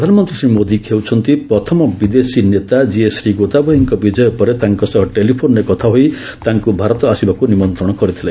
ପ୍ରଧାନମନ୍ତ୍ରୀ ଶ୍ରୀ ମୋଦି ହେଉଛନ୍ତି ପ୍ରଥମ ବିଦେଶୀ ନେତା ଯିଏ ଶ୍ରୀ ଗୋତାବୟେଙ୍କ ବିଜୟ ପରେ ତାଙ୍କ ସହ ଟେଲିଫୋନ୍ରେ କଥା ହୋଇ ତାଙ୍କୁ ଭାରତ ଆସିବାକୁ ନିମନ୍ତ କରିଥିଲେ